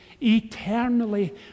Eternally